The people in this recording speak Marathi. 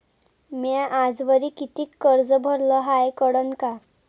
म्या आजवरी कितीक कर्ज भरलं हाय कळन का?